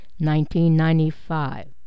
1995